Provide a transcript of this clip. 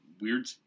weird